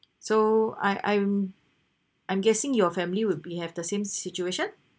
so I I'm I'm guessing your family would be have the same situation